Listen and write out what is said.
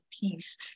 peace